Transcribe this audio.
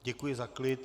Děkuji za klid.